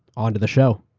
on to the show.